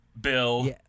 Bill